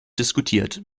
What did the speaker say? diskutiert